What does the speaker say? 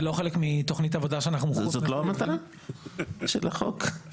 זה לא המטרה של החוק?